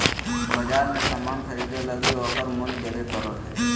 बाजार मे सामान ख़रीदे लगी ओकर मूल्य देबे पड़ो हय